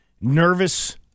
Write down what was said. nervous